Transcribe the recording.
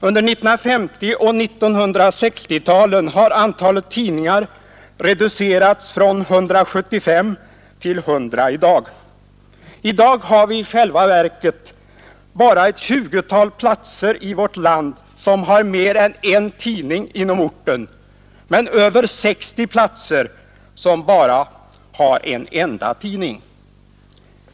Under 1950 och 1960-talen har antalet tidningar reducerats från 175 till 100 i dag. Nu har vi i själva verket bara ett 20-tal platser i vårt land som har mer än en tidning på utgivningsorten, och över 60 platser som bara har en enda tidning.